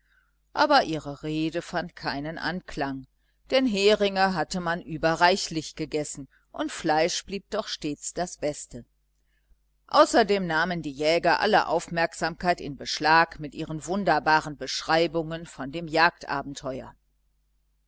aber ihre rede fand keinen anklang denn heringe hatte man überreichlich gegessen und fleisch blieb doch stets das beste außerdem nahmen die jäger alle aufmerksamkeit in beschlag mit ihren wunderbaren beschreibungen von dem